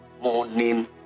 morning